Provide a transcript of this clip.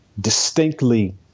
distinctly